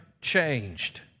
changed